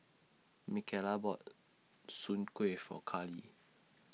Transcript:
Micaela bought Soon Kueh For Karly